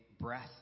breath